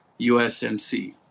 USMC